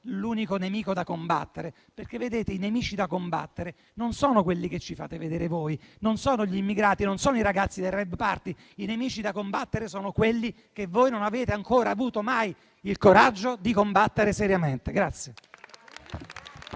l'unico nemico da combattere, perché i nemici da combattere non sono quelli che ci fate vedere voi, non sono gli immigrati, non sono i ragazzi dei *rave party*. I nemici da combattere sono quelli che voi non avete ancora avuto mai il coraggio di combattere seriamente.